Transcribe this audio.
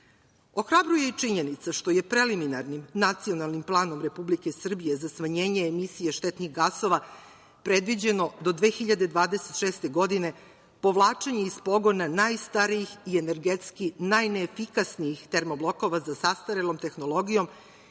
emisijama. Ohrabruje i činjenica što je preliminarnim Nacionalnim planom Republike Srbije za smanjenje emisije štetnih gasova predviđeno do 2026. godine povlačenje iz pogona najstarijih i energetski najneefikasnih termoblokova sa zastarelom tehnologijom